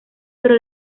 pero